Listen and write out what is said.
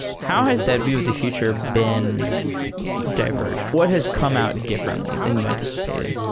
how has that view of the future been diverged? what has come out differently than you anticipated?